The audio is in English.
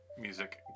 music